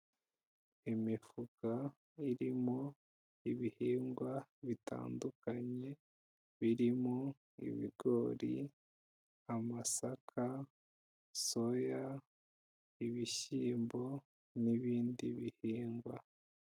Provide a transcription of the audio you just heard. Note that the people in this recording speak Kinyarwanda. Imifuka irimo ibihingwa bitandukanye, birimo ibigori, amasaka, soya, ibishyimbo, n'ibindi bihingwa.